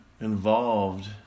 involved